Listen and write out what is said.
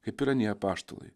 kaip ir anie apaštalai